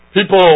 People